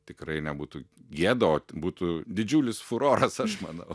tikrai nebūtų gėda o būtų didžiulis furoras aš manau